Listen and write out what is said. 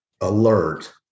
alert